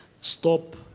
Stop